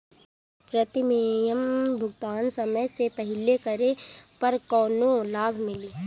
Premium भुगतान समय से पहिले करे पर कौनो लाभ मिली?